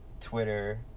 Twitter